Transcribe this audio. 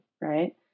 right